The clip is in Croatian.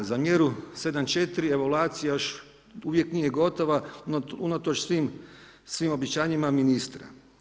Za mjeru 7 4 evaulacija još uvijek nije gotova, no unatoč svim obećanjima ministra.